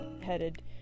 headed